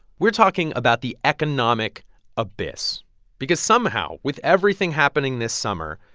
we're talking about the economic abyss because, somehow, with everything happening this summer,